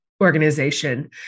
organization